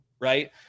Right